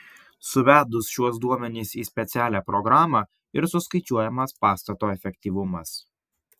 suvedus šiuos duomenis į specialią programą ir suskaičiuojamas pastato efektyvumas